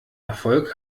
erfolg